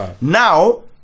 Now